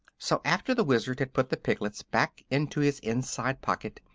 so, after the wizard had put the piglets back into his inside pocket,